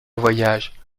voyage